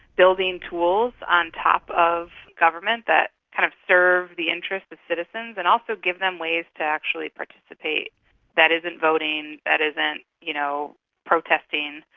building tools on top of government that kind of serve the interests of citizens and also give them ways to actually participate that isn't voting, that isn't you know protesting,